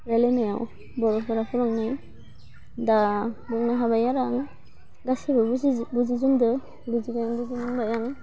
रायलायनायाव बर'फोरा फोरोंनाय दा बुंनो हाबाय आरो आं गासिबो बुजि बुजि जेन्दों बिदिनो बिदिनो रोंबाय आं